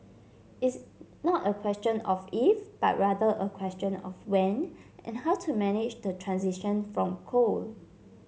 it's not a question of if but rather a question of when and how to manage the transition from coal